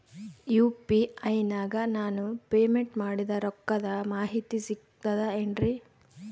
UPI ನಾಗ ನಾನು payment ಮಾಡಿದ ರೊಕ್ಕದ ಮಾಹಿತಿ ಸಿಕ್ತದೆ ಏನ್ರಿ?